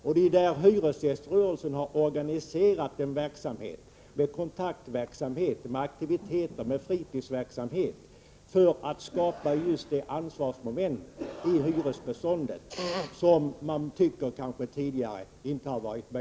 Därför har hyresgäströrelsen organiserat kontaktverksamhet, aktiviteter och fritidsverksamhet för att skapa just det ansvarsmoment i hyresboendet som man tycker tidigare inte har funnits.